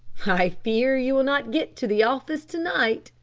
i fear you will not get to the office to-night,